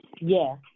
Yes